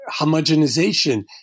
homogenization